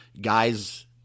guys